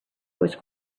was